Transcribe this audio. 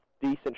decent